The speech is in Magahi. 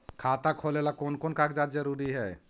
खाता खोलें ला कोन कोन कागजात जरूरी है?